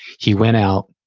he went out,